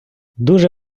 дуже